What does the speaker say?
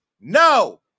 No